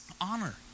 honor